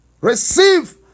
Receive